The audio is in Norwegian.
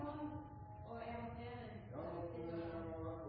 og skrive. Jeg var